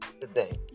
today